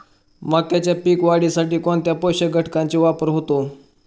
मक्याच्या पीक वाढीसाठी कोणत्या पोषक घटकांचे वापर होतो?